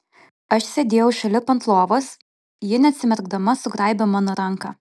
aš sėdėjau šalip ant lovos ji neatsimerkdama sugraibė mano ranką